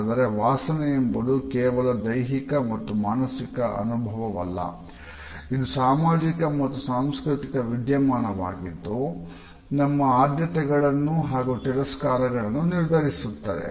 ಆದರೆ ವಾಸನೆ ಎಂಬುದು ಕೇವಲ ದೈಹಿಕ ಮತ್ತು ಮಾನಸಿಕ ಅನುಭವವಲ್ಲ ಇದು ಸಾಮಾಜಿಕ ಮತ್ತು ಸಾಂಸ್ಕೃತಿಕ ವಿದ್ಯಮಾನವಾಗಿದ್ದು ನಮ್ಮ ಆದ್ಯತೆಗಳನ್ನು ಹಾಗೂ ತಿರಸ್ಕಾರಗಳನ್ನು ನಿರ್ಧರಿಸುತ್ತದೆ